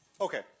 Okay